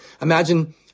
imagine